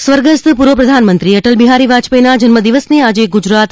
સ્વર્ગસ્થ પૂર્વપ્રધાનમંત્રી અટલ બિહારી વાજપેથીના જન્મદિવસની આજે ગુજરાત